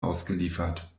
ausgeliefert